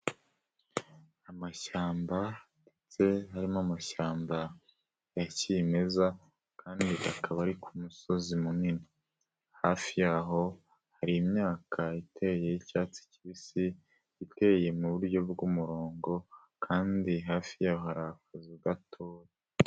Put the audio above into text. Amashyamba ndetse harimo amashyamba ya kimeza kandi akaba ari ku musozi munini. Hafi yaho hari imyaka iteye y'icyatsi kibisi, iteye mu buryo bw'umurongo kandi hafi yaho hari akazu gato.